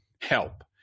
help